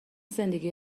زندگی